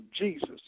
Jesus